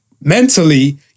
mentally